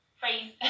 phrase